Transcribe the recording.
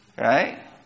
Right